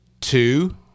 Two